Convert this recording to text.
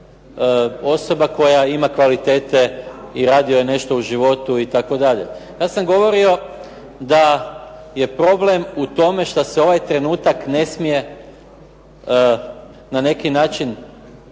osoba koja ima kvalitete i radio je nešto u životu itd. Ja sam govorio da je problem u tome što se ovaj trenutak ne smije na neki način